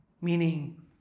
Meaning